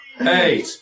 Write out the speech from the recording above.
eight